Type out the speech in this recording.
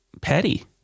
petty